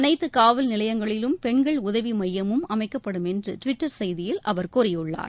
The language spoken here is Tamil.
அனைத்து காவல்நிலையங்களிலும் பென்கள் உதவி மையமும் அமைக்கப்படும் என்று டிவிட்டர் செய்தியில் அவர் கூறியுள்ளார்